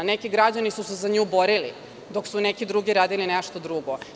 Neki građani su se za nju borili dok su neki drugi radili nešto drugo.